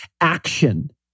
action